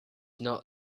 not